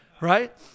right